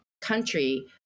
country